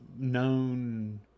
Known